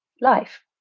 life